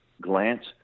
glance